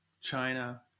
China